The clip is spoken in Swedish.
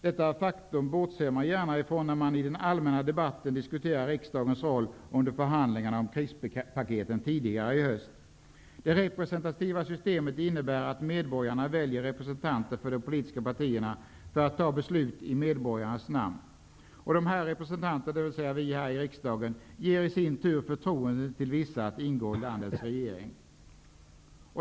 Detta faktum bortser man gärna från när man i den allmänna debatten diskuterar riksdagens roll under förhandlingarna om krispaketen tidigare i höst. Det representativa systemet innebär att medborgarna väljer representanter för de politiska partierna för att de skall fatta beslut i medborgarnas namn. De representanterna, dvs. vi här i riksdagen, ger i sin tur förtroende till vissa att ingå i landets regering.